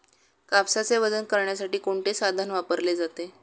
कापसाचे वजन करण्यासाठी कोणते साधन वापरले जाते?